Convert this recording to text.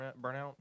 burnout